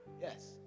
Yes